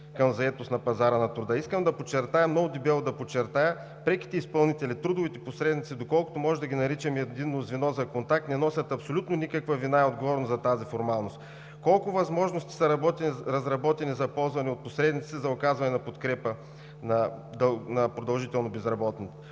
към заетост на пазара на труда. Искам много дебело да подчертая – преките изпълнители, трудовите посредници, доколкото можем да ги наричаме Единно звено за контакт, не носят абсолютно никаква вина и отговорност за тази формалност. Колко възможности са разработени за ползване от посредниците за оказване на подкрепа на продължително безработни?